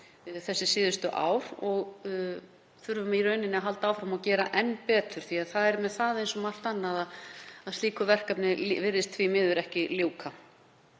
á þau síðustu ár og við þurfum að halda áfram og gera enn betur því að það er með það eins og margt annað að slíku verkefni virðist því miður ekki ljúka.